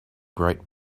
great